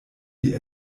wie